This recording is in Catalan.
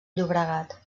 llobregat